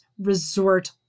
resort